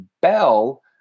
Bell